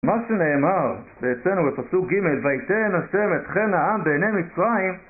מה שנאמר אצלינו בפסוק ג' "ויתן ה' את חן העם בעיני מצרים"